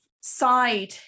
side